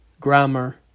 grammar